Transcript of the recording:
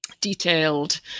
detailed